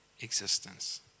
existence